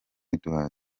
edouard